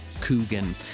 Coogan